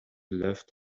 left